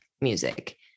music